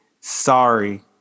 Sorry